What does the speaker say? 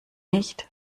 nicht